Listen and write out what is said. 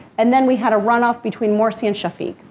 and then we had a runoff between morsi and shafeek.